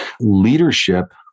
Leadership